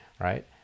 right